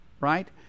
right